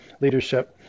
leadership